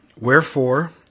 wherefore